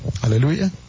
Hallelujah